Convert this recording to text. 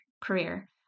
career